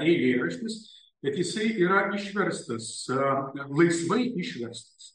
eilėraštis bet jisai yra išverstas laisvai išverstas